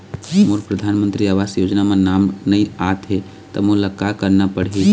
मोर परधानमंतरी आवास योजना म नाम नई आत हे त मोला का करना पड़ही?